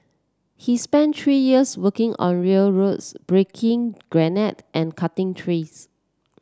he spent three years working on railroads breaking granite and cutting trees